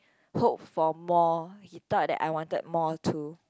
hope for more he thought that I wanted more too